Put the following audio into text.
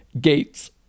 gates